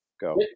go